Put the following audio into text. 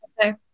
Okay